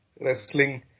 wrestling